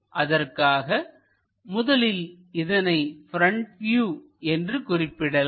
அதற்காக முதலில் இதனை ப்ரெண்ட் வியூ என்று குறிப்பிடலாம்